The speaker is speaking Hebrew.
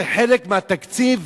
שזה חלק מהתקציב